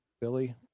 Billy